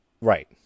Right